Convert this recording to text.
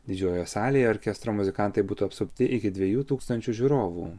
didžiojoje salėje orkestro muzikantai būtų apsupti iki dviejų tūkstančių žiūrovų